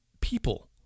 people